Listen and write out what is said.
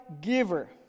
giver